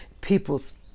people's